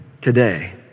Today